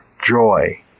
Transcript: joy